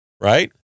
Right